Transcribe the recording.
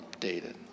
updated